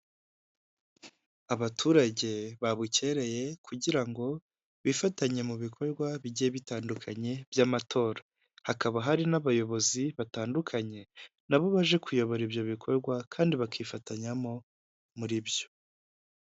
Abaturage babukereye kugira ngo bifatanye mu bikorwa bigiye bitandukanye by'amatora, hakaba hari n'abayobozi batandukanye nabo baje kuyobora ibyo bikorwa kandi bakifatanyamo muri byo.